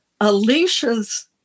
Alicia's